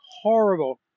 horrible